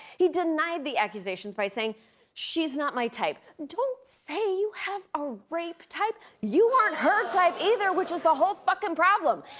he denied the accusations by saying she's not my type. don't say you have a rape type! you weren't her type either, which is the whole fuckin' problem.